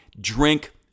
drink